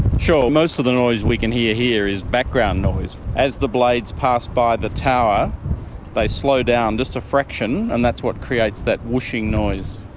sure. most of the noise we can hear here is background noise. as the blades pass by the tower they slow down just a fraction and that's what creates that whooshing noise.